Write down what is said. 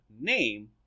name